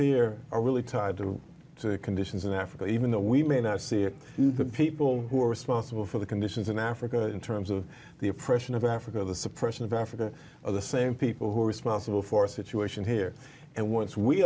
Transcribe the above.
here are really tied to conditions in africa even though we made our see people who are responsible for the conditions in africa in terms of the oppression of africa the suppression of africa are the same people who are responsible for situation here and once we